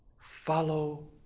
follow